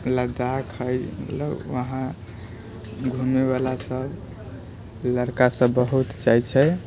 लद्दाख है मतलब वहाँ घुमनेवला सभ लड़का सभ बहुत जाइ छै